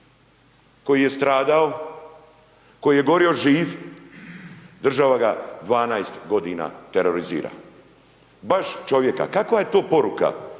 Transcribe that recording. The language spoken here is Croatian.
koji je stradao, koji je gorio živ, država ga 12 godina terorizira. Baš čovjeka. Kakva je to poruka